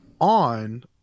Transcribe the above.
on